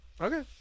Okay